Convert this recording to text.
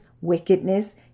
wickedness